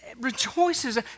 rejoices